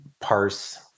parse